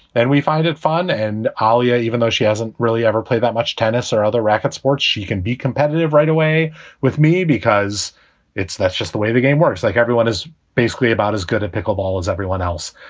then we find it fun and olea. even though she hasn't really ever play that much tennis or other racquet sports, she can be competitive right away with me because it's that's just the way the game works like, everyone is basically about as good a and pickleball as everyone else